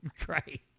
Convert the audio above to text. Great